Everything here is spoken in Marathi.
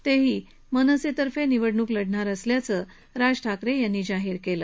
तेदेखील मनसेतर्फे निवडणुक लढणार असल्याचं राज ठाकरे यांनी जाहीर केलं